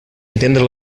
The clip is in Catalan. entendre